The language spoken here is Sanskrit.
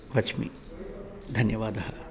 वच्मि धन्यवादः